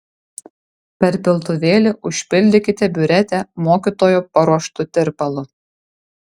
per piltuvėlį užpildykite biuretę mokytojo paruoštu tirpalu